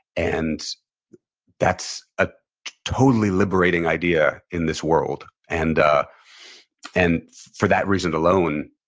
and that's a totally liberating idea in this world. and and for that reason alone